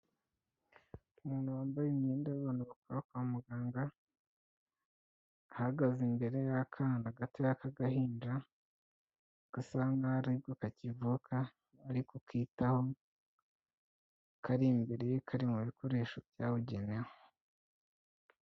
Umuntu wambaye imyenda y'abantu bakora kwa muganga, ahagaze imbere y'akana gatoya k'agahinja, gasa nk'aho aribwo kakivuka ari kitaho, kari imbere, kari mu bikoresho byabugenewe.